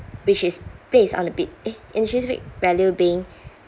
which is based on a bit eh intrinsic value being